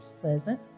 pleasant